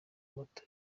moto